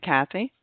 Kathy